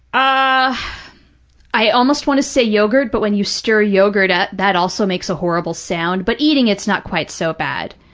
i i almost want to say yogurt, but when you stir yogurt up, that also makes a horrible sound, but eating, it's not quite so bad.